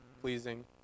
pleasing